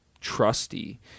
trusty